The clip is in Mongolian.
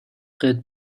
гээд